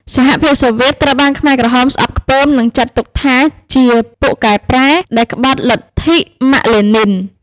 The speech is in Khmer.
សហភាពសូវៀតត្រូវបានខ្មែរក្រហមស្អប់ខ្ពើម និងចាត់ទុកថាជា «ពួកកែប្រែ» ដែលក្បត់លទ្ធិម៉ាក្ស-លេនីន។